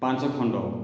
ପାଞ୍ଚ ଖଣ୍ଡ